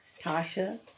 Tasha